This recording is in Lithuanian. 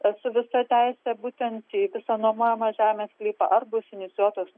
su visa teise būtent viso nuomojamo žemės sklypo ar bus inicijuotos